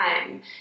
time